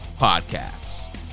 podcasts